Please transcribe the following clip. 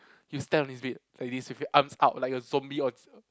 he stands on his feet like this with his arms out like a zombie or it's a